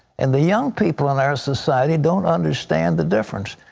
and the young people in our society don't understand the difference.